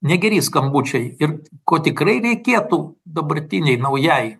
negeri skambučiai ir ko tikrai reikėtų dabartinei naujai